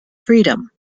freedom